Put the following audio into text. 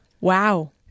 Wow